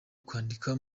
kwandika